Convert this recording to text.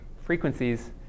frequencies